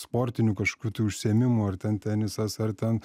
sportinių kažkokių tai užsiėmimų ar ten tenisas ar ten